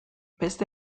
beste